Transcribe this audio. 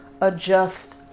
adjust